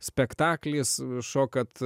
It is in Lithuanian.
spektaklis šokat